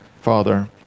father